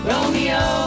Romeo